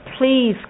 please